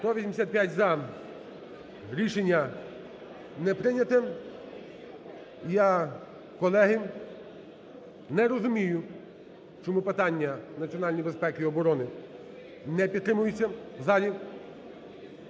За-185 Рішення не прийняте. Я, колеги, не розумію, чому питання національної безпеки і оборони не підтримується в залі.